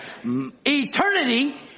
eternity